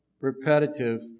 repetitive